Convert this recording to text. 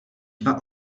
dva